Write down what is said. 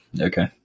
okay